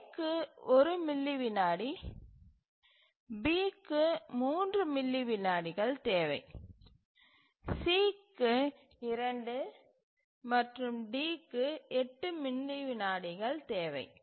A க்கு 1 milli விநாடி B க்கு 3 மில்லி விநாடிகள் தேவை C க்கு 2 மற்றும் D க்கு 8 மில்லி விநாடிகள் தேவை